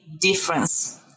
difference